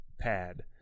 pad